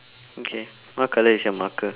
okay what colour is your marker